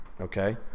okay